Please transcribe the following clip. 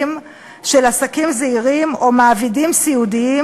של עסקים זעירים או מעבידים סיעודיים,